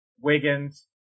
Wiggins